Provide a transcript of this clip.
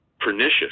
pernicious